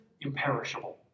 imperishable